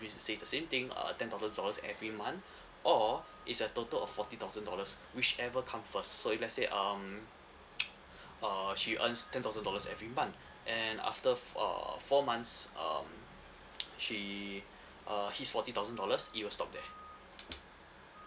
means to say the same thing uh ten thousand dollars every month or it's a total of forty thousand dollars whichever come first so if let's say um err she earns ten thousand dollars every month and after uh four months um she uh hits forty thousand dollars it will stop there